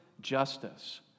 justice